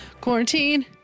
quarantine